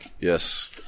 Yes